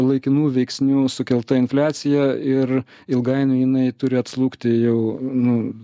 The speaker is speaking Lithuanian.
laikinų veiksnių sukelta infliacija ir ilgainiui jinai turi atslūgti jau nu